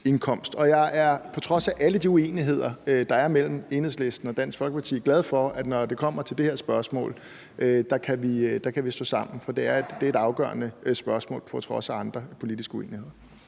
Og jeg er på trods af alle de uenigheder, der er mellem Enhedslisten og Dansk Folkeparti, glad for, at når det kommer til det her spørgsmål, kan vi stå sammen, for det er et afgørende spørgsmål – på trods af andre politiske uenigheder.